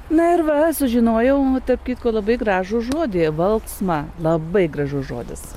na ir va sužinojau o tarp kitko labai gražų žodį valksma labai gražus žodis